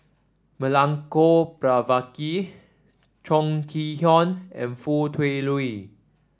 Milenko Prvacki Chong Kee Hiong and Foo Tui Liew